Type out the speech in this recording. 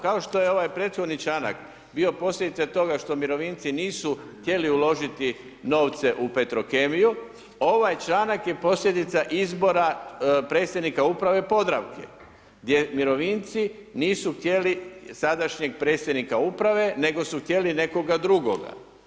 Kao što je ovaj prethodni članak bio posljedica toga što mirovinci nisu htjeli uložiti novce u Petrokemiju, ovaj članak je posljedica izbora predsjednika uprave Podravke, gdje mirovinci nisu htjeli sadašnjeg predsjednika Uprave, nego su htjeli nekoga drugoga.